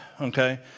okay